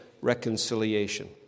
reconciliation